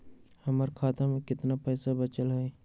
हमर खाता में केतना पैसा बचल हई?